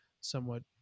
somewhat